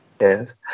Yes